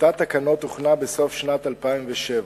טיוטת תקנות הוכנה בסוף שנת 2007,